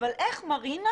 איך מרינה